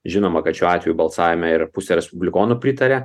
žinoma kad šiuo atveju balsavime ir pusė respublikonų pritaria